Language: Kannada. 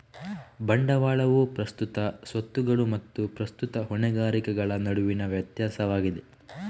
ಬಂಡವಾಳವು ಪ್ರಸ್ತುತ ಸ್ವತ್ತುಗಳು ಮತ್ತು ಪ್ರಸ್ತುತ ಹೊಣೆಗಾರಿಕೆಗಳ ನಡುವಿನ ವ್ಯತ್ಯಾಸವಾಗಿದೆ